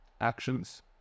actions